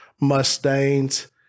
Mustangs